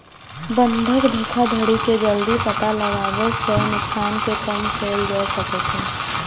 बंधक धोखाधड़ी के जल्दी पता लगाबै सं नुकसान कें कम कैल जा सकै छै